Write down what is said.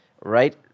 Right